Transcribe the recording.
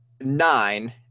nine